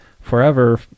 forever